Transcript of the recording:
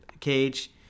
Cage